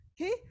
okay